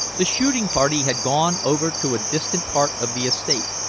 the shooting party had gone over to a distant part of the estate,